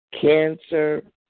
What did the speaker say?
cancer